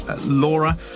Laura